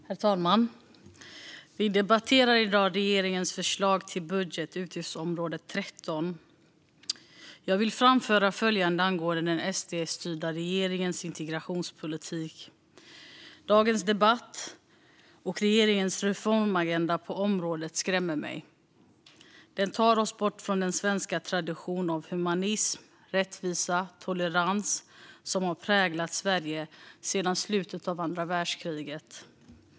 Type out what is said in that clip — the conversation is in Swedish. Herr talman! Vi debatterar i dag regeringens förslag till budget på utgiftsområde 13. Jag vill framföra följande angående den SD-styrda regeringens integrationspolitik. Dagens debatt och regeringens reformagenda på området skrämmer mig. Den tar oss bort från den tradition av humanism, rättvisa och tolerans som har präglat Sverige sedan slutet av andra världskriget.